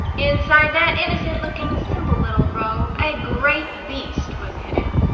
inside that innocent-looking simple little row, a great beast was hidden.